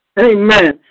Amen